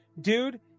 dude